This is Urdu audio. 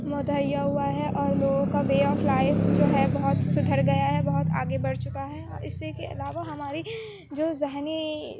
متہیا ہُوا ہے اور لوگوں کا وے آف لائف جو ہے بہت سدھر گیا ہے بہت آگے بڑھ چُکا ہے اُس سے کے علاوہ ہماری جو ذہنی